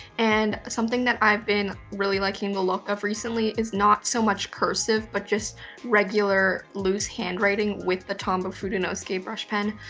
and something that i've been really liking the look of recently is not so much cursive, but just regular loose handwriting with the tombow fudenosuke brush pen,